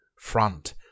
front